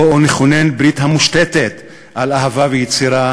בואו נכונן ברית המושתתת על אהבה ויצירה,